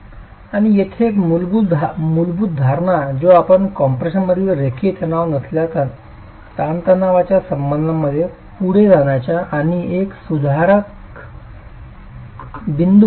आणि येथे एक मूलभूत धारणा जो आपण कम्प्रेशनमधील रेखीय तणाव नसलेल्या ताणतणावाच्या संबंधाने पुढे जाण्याचा आणि सुधारण्याचा एक बिंदू बनू शकता